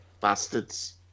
bastards